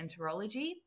gastroenterology